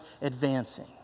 advancing